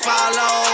follow